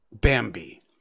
Bambi